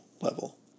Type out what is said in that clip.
level